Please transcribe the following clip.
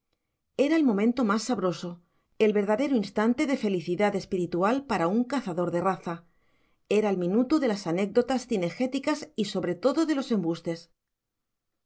era el momento más sabroso el verdadero instante de felicidad espiritual para un cazador de raza era el minuto de las anécdotas cinegéticas y sobre todo de los embustes